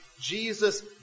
Jesus